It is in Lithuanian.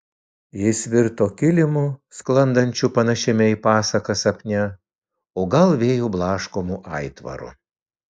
jis virto kilimu sklandančiu panašiame į pasaką sapne o gal vėjo blaškomu aitvaru